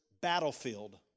battlefield